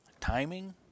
Timing